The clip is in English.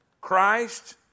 Christ